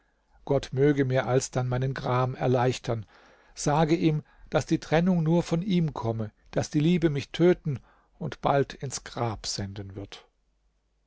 gott möge mir alsdann meinen gram erleichtern sage ihm daß die trennung nur von ihm komme daß die liebe mich töten und bald ins grab senden wird